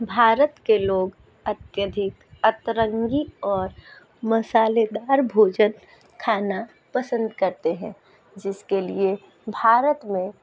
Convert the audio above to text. भारत के लोग अत्यधिक अतरंगी और मसालेदार भोजन खाना पसंद करते हैं जिसके लिए भारत में